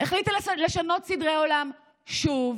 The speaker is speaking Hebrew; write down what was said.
החליטה לשנות סדרי עולם שוב,